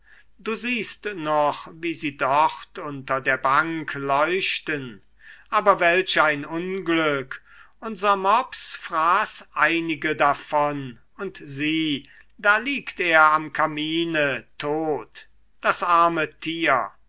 du siehst noch wie sie dort unter der bank leuchten aber welch ein unglück unser mops fraß einige davon und sieh da liegt er am kamine tot das arme tier